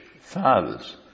fathers